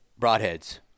Broadheads